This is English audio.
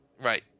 Right